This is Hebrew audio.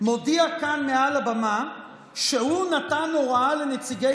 מודיע כאן מעל הבמה שהוא נתן הוראה לנציגי